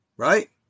Right